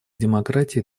демократии